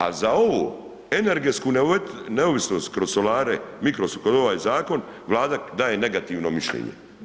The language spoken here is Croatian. A za ovo energetsku neovisnost kroz solare, kroz ovaj zakon, Vlada daje negativno mišljenje.